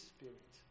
Spirit